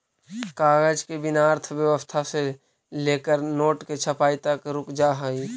कागज के बिना अर्थव्यवस्था से लेकर नोट के छपाई तक रुक जा हई